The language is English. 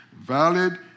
Valid